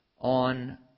on